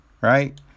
right